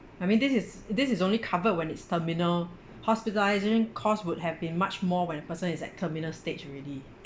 I mean this is this is only covered when it's terminal hospitalisation cost would have been much more when a person is at terminal stage already